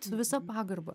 su visa pagarba